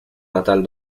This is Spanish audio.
natal